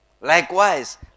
Likewise